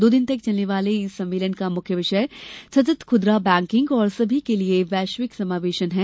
दो दिन तक चलने वाले इस सम्मेलन का मुख्य विषय सतत खूदरा बैंकिंग और सभी के लिए वैश्विक समावेशन है